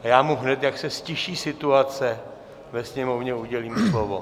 A já mu hned, jak se ztiší situace ve sněmovně, udělím slovo.